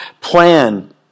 plan